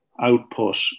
output